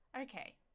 Okay